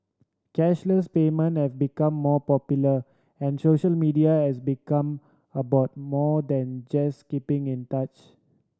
cashless payment have become more popular and social media has become about more than just keeping in touch